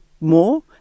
more